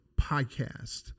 podcast